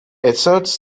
asserts